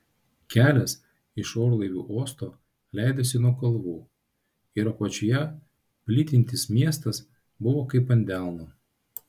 kelias iš orlaivių uosto leidosi nuo kalvų ir apačioje plytintis miestas buvo kaip ant delno